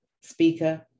speaker